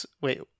Wait